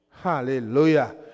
Hallelujah